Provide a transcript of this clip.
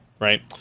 Right